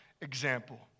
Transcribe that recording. example